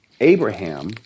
Abraham